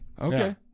Okay